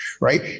right